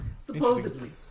Supposedly